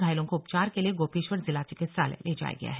घायलों को उपचार के लिए गोपेश्वर जिला चिकित्सालय लाया गया है